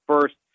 first